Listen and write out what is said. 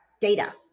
data